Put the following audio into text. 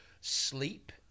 sleep